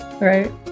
right